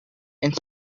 and